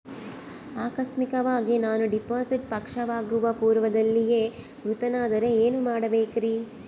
ಆಕಸ್ಮಿಕವಾಗಿ ನಾನು ಡಿಪಾಸಿಟ್ ಪಕ್ವವಾಗುವ ಪೂರ್ವದಲ್ಲಿಯೇ ಮೃತನಾದರೆ ಏನು ಮಾಡಬೇಕ್ರಿ?